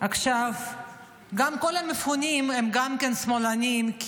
גם כל המפונים הם שמאלנים,